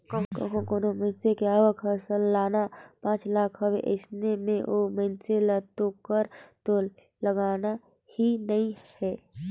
कंहो कोनो मइनसे के आवक हर सलाना पांच लाख हवे अइसन में ओ मइनसे ल तो कर तो लगना ही नइ हे